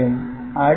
Y1 S'